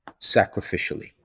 sacrificially